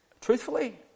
Truthfully